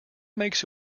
makes